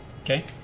Okay